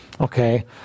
Okay